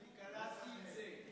אני קלטתי את זה.